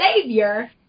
savior